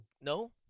No